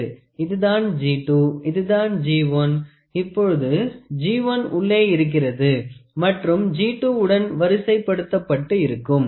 இதுதான் G2 இதுதான் G1 இப்பொழுது G1 உள்ளே இருக்கிறது மற்றும் G2 வுடன் வரிசைப்படுத்தப்பட்டு இருக்கும்